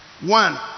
one